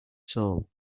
soul